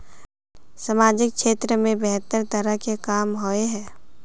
सामाजिक क्षेत्र में बेहतर तरह के काम होय है?